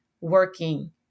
working